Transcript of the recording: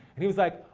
and he was like,